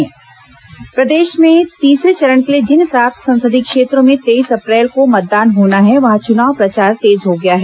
चनाव प्रचार प्रदेश में तीसरे चरण के लिए जिन सात संसदीय क्षेत्रों में तेईस अप्रैल को मतदान होना है वहां चुनाव प्रचार तेज हो गया है